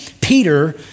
Peter